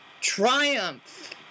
triumph